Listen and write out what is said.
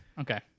Okay